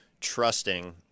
trusting